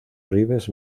ribes